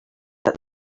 that